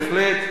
בהחלט.